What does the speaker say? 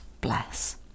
bless